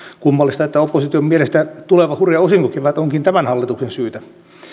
kummallista että opposition mielestä tuleva hurja osinkokevät onkin tämän hallituksen syytä